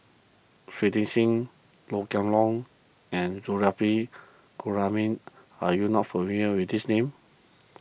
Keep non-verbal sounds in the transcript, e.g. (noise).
Shui Tit Sing Low Kway (unintelligible) and Zulkifli (unintelligible) are you not familiar with these names